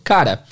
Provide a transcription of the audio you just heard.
Cara